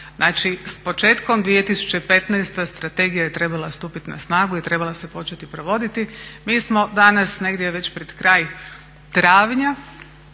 znači s početkom 2015. Strategija je trebala stupiti na snagu i trebala se početi provoditi. Mi smo danas negdje već pred kraj travnja,